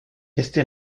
este